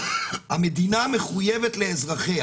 המדינה מחויבת לאזרחיה